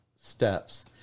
steps